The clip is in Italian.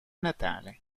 natale